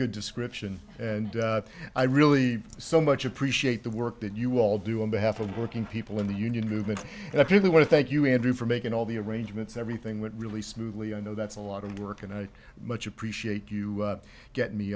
good description and i really so much appreciate the work that you all do on behalf of the working people in the union movement and if you want to thank you andrew for making all the arrangements everything went really smoothly i know that's a lot of work and i much appreciate you get me